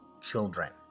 children